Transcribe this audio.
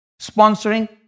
Sponsoring